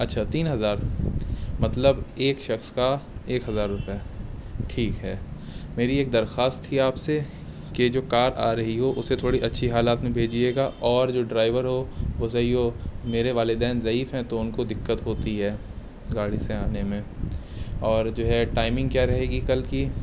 اچھا تین ہزار مطلب ایک شخص کا ایک ہزار روپے ٹھیک ہے میری ایک درخواست تھی آپ سے کہ جو کار آ رہی ہو اسے تھوڑی اچھی حالات میں بھیجیے گا اور جو ڈرائیور ہو وہ سہی ہو میرے والدین ضعیف ہیں تو ان کو دقت ہوتی ہے گاڑی سے آنے میں اور جو ہے ٹائمنگ کیا رہے گی کل کی